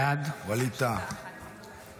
בעד ווליד טאהא,